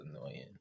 annoying